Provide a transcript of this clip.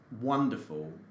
wonderful